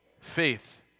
faith